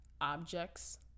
objects